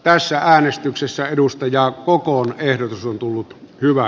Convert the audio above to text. tässä äänestyksessä edustajaa kokoon ehdotus on tullut hyvä